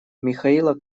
михаила